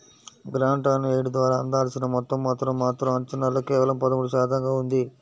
grant on aid ద్వారా అందాల్సిన మొత్తం మాత్రం మాత్రం అంచనాల్లో కేవలం పదమూడు శాతంగా ఉంది